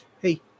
Hey